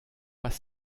pas